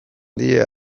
dira